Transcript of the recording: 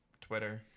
Twitter